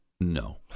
No